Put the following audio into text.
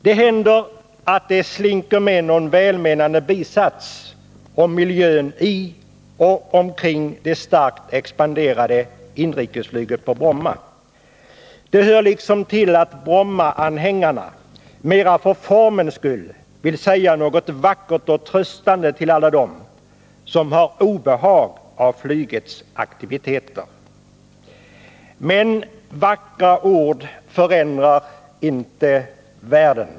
Det händer att det slinker med någon välmenande bisats om miljön i och omkring det starkt expanderade inrikesflyget på Bromma. Det hör liksom till att Brommaanhängarna — mera för formens skull — vill säga något vackert och Nr 53 tröstande till alla dem som har obehag av flygets aktiviteter. Men vackra ord förändrar inte världen.